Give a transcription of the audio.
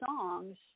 songs